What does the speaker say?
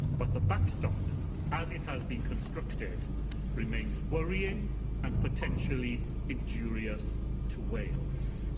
but the backstop as it has been constructed remains worrying and potentially injurious to wales.